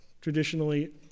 Traditionally